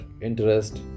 interest